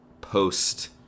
post